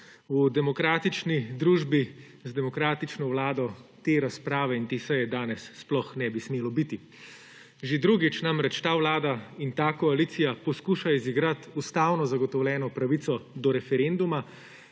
V demokratični družbi z demokratično vlado te razprave in te seje danes sploh ne bi smelo biti. Že drugič namreč ta vlada in ta koalicija poskuša izigrati ustavno zagotovljeno pravico do referenduma,